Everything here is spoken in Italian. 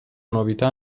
novità